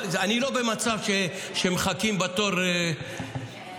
אני לא במצב שצווי הגנה מחכים בתור לתסקירים.